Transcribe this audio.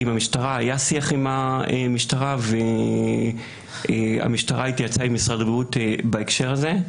היה שיח עם המשטרה והמשטרה התייעצה עם משרד הבריאות בהקשר הזה.